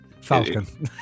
falcon